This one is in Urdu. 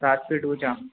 سات فیٹ اونچا